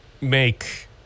make